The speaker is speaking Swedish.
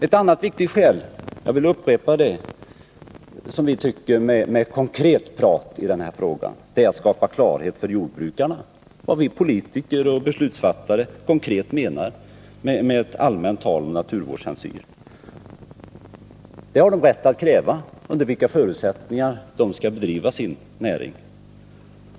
Ett annat viktigt skäl till vårt ställningstagande — jag upprepar det — är att vi tycker att man konkret skall skapa klarhet hos jordbrukarna om vad vi politiker och beslutsfattare menar, när vi allmänt talar om naturvårdshänsyn. Jordbrukarna har rätt att kräva besked om under vilka förutsättningar de skall bedriva sin näring.